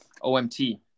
OMT